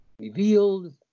revealed